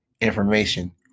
information